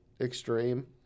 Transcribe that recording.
extreme